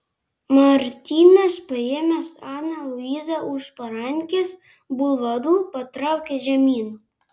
martynas paėmęs aną luizą už parankės bulvaru patraukė žemyn